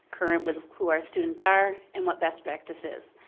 current with who our students are and what best practice is.